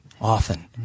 often